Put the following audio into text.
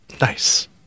Nice